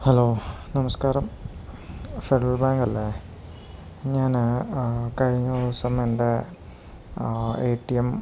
hello നമസ്കാരം federal ബാങ്കല്ലേ ഞാന് കഴിഞ്ഞ ദിവസം എൻ്റെ എ ടി എം